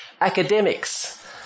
academics